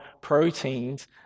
proteins